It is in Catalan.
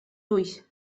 ulls